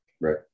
right